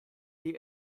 die